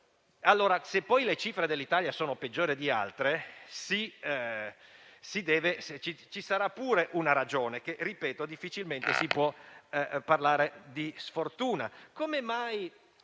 locale? Se poi le cifre dell'Italia sono peggiori di altre, ci sarà pure una ragione e, ripeto, difficilmente si può parlare di sfortuna.